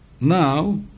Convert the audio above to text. Now